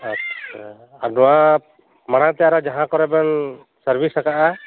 ᱟᱪᱪᱷᱟ ᱱᱚᱣᱟ ᱢᱟᱲᱟᱝ ᱛᱮ ᱟᱨᱚ ᱡᱟᱦᱟᱸ ᱠᱚᱨᱮ ᱵᱮᱱ ᱥᱟᱨᱵᱷᱤᱥ ᱟᱠᱟᱜᱼᱟ